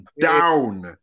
Down